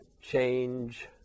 change